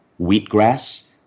wheatgrass